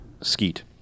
skeet